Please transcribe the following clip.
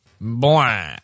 Blah